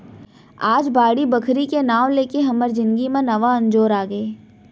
आज बाड़ी बखरी के नांव लेके हमर जिनगी म नवा अंजोर आगे